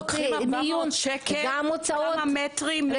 --- גובים 400 שקל לכמה מטרים מבית החולה,